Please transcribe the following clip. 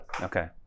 okay